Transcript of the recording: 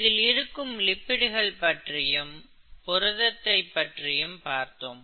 இதில் இருக்கும் லிப்பிடுகள் பற்றியும் புரதத்தை பற்றியும் பார்த்தோம்